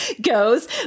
goes